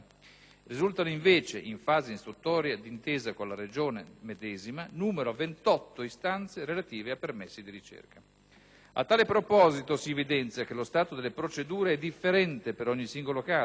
Risultano, invece, in fase istruttoria, d'intesa con la Regione medesima, 28 istanze relative a permessi di ricerca. A tal proposito si evidenzia che lo stato delle procedure è differente per ogni singolo caso